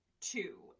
two